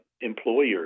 employers